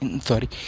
Sorry